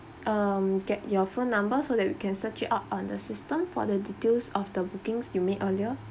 um get your phone number so that we can search it out on the system for the details of the bookings you made earlier